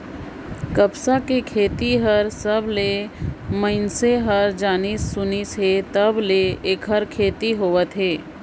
कपसा के खेती हर सबलें मइनसे हर जानिस सुनिस हे तब ले ऐखर खेती होवत हे